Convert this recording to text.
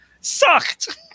Sucked